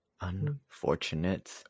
Unfortunate